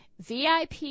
VIP